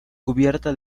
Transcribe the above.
cubierta